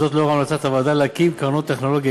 זאת לאור המלצת הוועדה להקים קרנות טכנולוגיה